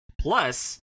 plus